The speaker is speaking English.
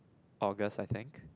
August I think